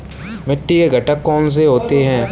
मिट्टी के घटक कौन से होते हैं?